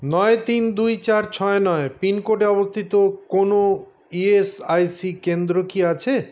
নয় তিন দুই চার ছয় নয় পিনকোডে অবস্থিত কোনও ইএসআইসি কেন্দ্র কি আছে